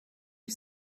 you